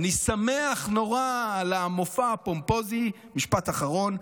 אני שמח נורא על המופע הפומפוזי, משפט אחרון,